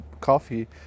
coffee